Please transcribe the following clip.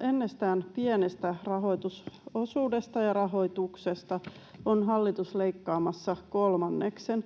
ennestään pienestä rahoitusosuudesta ja rahoituksesta on hallitus leikkaamassa kolmanneksen.